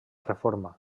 reforma